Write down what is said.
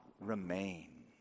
remain